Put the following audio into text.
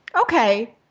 okay